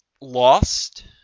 lost